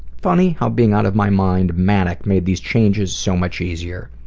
funny how being out of my mind, manic, made these changes so much easier.